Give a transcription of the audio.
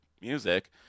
music